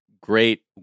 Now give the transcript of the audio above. great